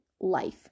life